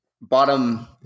bottom